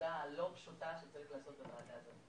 בעבודה הלא פשוטה שצריך לעשות בוועדה הזאת.